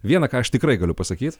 vieną ką aš tikrai galiu pasakyt